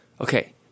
Okay